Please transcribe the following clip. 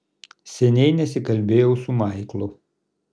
seniai nesikalbėjau su maiklu